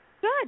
Good